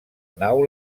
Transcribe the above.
nau